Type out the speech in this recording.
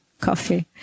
coffee